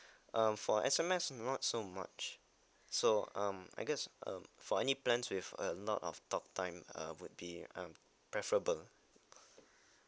uh for S_M_S not so much so um I guess uh for any plans with a lot of talk time uh would be uh preferable